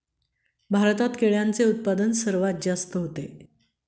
भारतात केळ्यांचे उत्पादन सर्वात जास्त होते